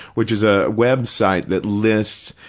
which is a web site that lists